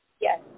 Yes